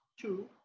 two